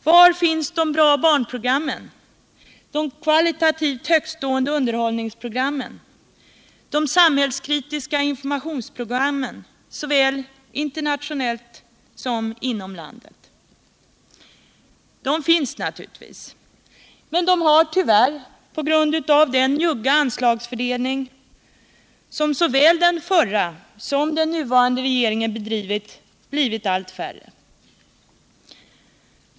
Var finns de bra barnprogrammen, de kvalitativt högtstående underhållningsprogrammen, de samhällskritiska informationsprogrammen, såväl inom landet som internationellt? De finns naturligtvis — men de har tyvärr på grund av den njugga anslagspolitik som såväl den förra som den nuvarande regeringen bedrivit blivit allt färre.